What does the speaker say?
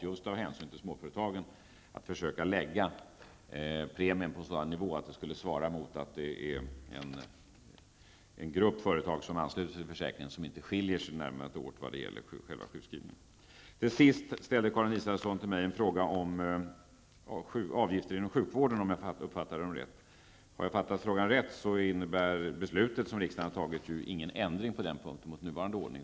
Just av hänsyn till småföretagen har vi valt att försöka lägga premien på en sådan nivå att de företag som ansluter sig till försäkringen inte nämnvärt skiljer sig från varandra vad gäller själva sjukskrivningen. Till sist: Karin Israelsson hade en fråga om avgifter inom sjukvården. Om jag har uppfattat frågan rätt kan jag säga att det beslut som riksdagen har fattat inte innebär någon förändring på den punkten i jämförelse med nuvarande ordning.